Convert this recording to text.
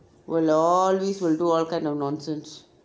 will always will do all kind of nonsense